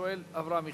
השואל אברהם מיכאלי.